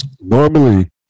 normally